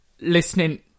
listening